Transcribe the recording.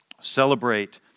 Celebrate